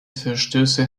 verstöße